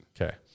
Okay